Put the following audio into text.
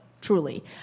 truly